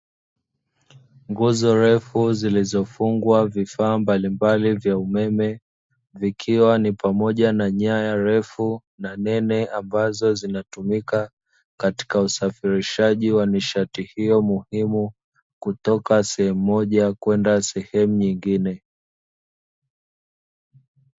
Nguzo ndefu zilizofungwa vifaa mbalimbali vya umeme, vikiwa pamoja na nyaya ndefu na nene ambazo zinatumika katika usafirishaji wa nishati hiyo muhimu kutoka sehemu moja kwenda nyingine.